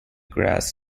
grass